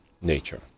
nature